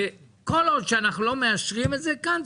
כל עוד אנחנו לא מאשרים את זה כאן,